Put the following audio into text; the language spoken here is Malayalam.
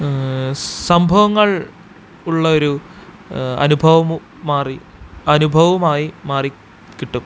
സംഭവങ്ങൾ ഉള്ളൊരു അനുഭവവും മാറി അനുഭവവുമായി മാറി കിട്ടും